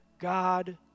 God